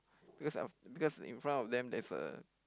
because I've because in front of them there's a